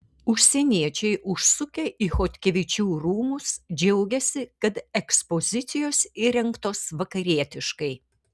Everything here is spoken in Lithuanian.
užsieniečiai užsukę į chodkevičių rūmus džiaugiasi kad ekspozicijos įrengtos vakarietiškai